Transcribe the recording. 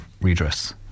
redress